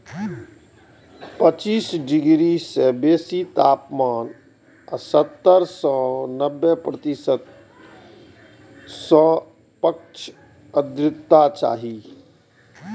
पच्चीस डिग्री सं बेसी तापमान आ सत्तर सं नब्बे प्रतिशत सापेक्ष आर्द्रता चाही